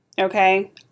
Okay